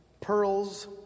pearls